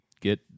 get